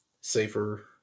safer